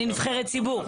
אני נבחרת ציבור.